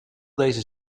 deze